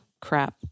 crap